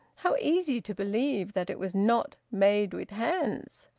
how easy to believe that it was not made with hands!